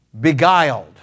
beguiled